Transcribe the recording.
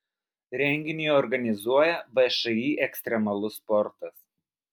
renginį organizuoja všį ekstremalus sportas